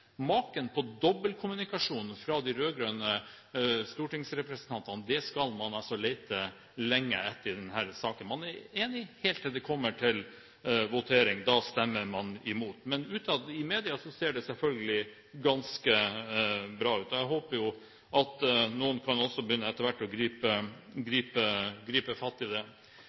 Maken til dobbeltkommunikasjon fra de rød-grønne stortingsrepresentantene skal man lete lenge etter i denne saken. Man er enige helt til det kommer til votering, da stemmer man imot. Men utad i media ser det selvfølgelig ganske bra ut. Jeg håper jo at noen etter hvert også kan begynne å gripe fatt i det.